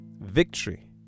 victory